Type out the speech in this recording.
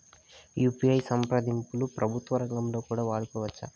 UPI సంప్రదింపులు ప్రభుత్వ రంగంలో కూడా వాడుకోవచ్చా?